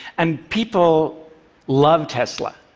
and people love tesla.